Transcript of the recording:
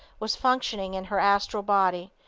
was functioning in her astral body,